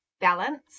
balance